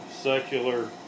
secular